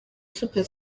super